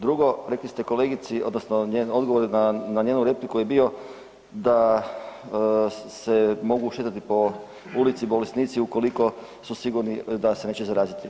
Drugo, rekli ste kolegici odnosno odgovor na njenu repliku je bio da se mogu šetati po ulici bolesnici ukoliko su sigurni da se neće zaraziti.